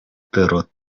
tero